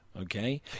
okay